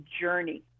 journey